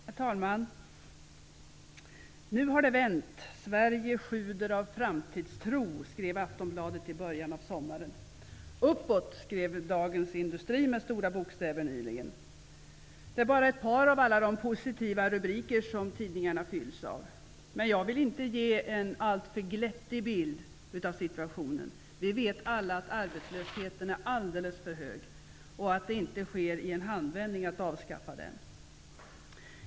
Herr talman! ''Nu har det vänt. Sverige sjuder av framtidstro!'' skrev Aftonbladet i början av sommaren. ''UPPÅT!'' skrev Dagens Industri med stora bokstäver nyligen. Det är bara ett par av alla de positiva rubriker som tidningarna fylls av. Men jag vill inte att ge en alltför glättig bild av situationen. Vi vet alla att arbetslösheten är alldeles för hög och att det inte går att i en handvändning avskaffa den.